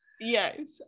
yes